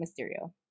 Mysterio